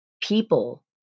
people